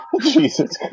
Jesus